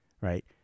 right